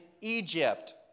Egypt